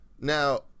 Now